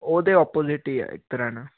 ਉਹਦੇ ਓਪੋਜ਼ਿਟ ਹੀ ਹੈ ਇੱਕ ਤਰ੍ਹਾਂ ਨਾਲ